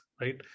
right